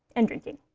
and drinking.